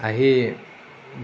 আহি